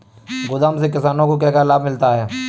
गोदाम से किसानों को क्या क्या लाभ मिलता है?